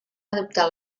adoptar